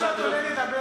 אתה עוד מעט עולה לדבר.